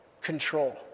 control